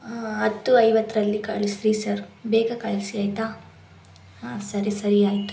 ಆಂ ಹತ್ತು ಐವತ್ತರಲ್ಲಿ ಕಳಿಸ್ರಿ ಸರ್ ಬೇಗ ಕಳಿಸಿ ಆಯಿತಾ ಹಾಂ ಸರಿ ಸರಿ ಆಯಿತು